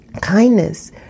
kindness